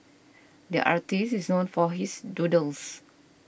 the artist is known for his doodles